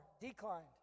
declined